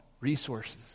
resources